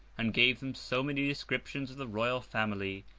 and gave them so many descriptions of the royal family,